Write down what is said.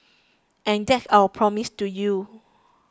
and that's our promise to you